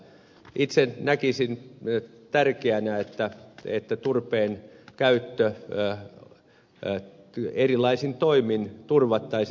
itse näkisin tärkeänä asiana että turpeen käyttö erilaisin toimin turvattaisiin